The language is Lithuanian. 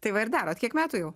tai va ir darot kiek metų jau